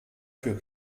für